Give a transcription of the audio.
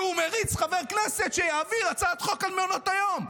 והוא מריץ חבר כנסת שיעביר הצעת חוק על מעונות היום.